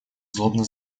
злобно